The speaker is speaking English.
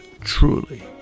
truly